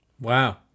Wow